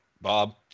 Bob